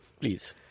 Please